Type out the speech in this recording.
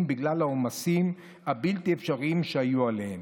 בגלל העומסים הבלתי-אפשריים שהיו עליהם,